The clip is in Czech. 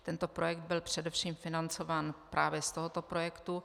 Tento projekt byl především financován právě z tohoto projektu.